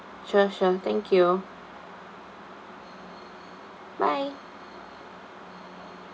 sure sure thank you bye